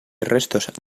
restos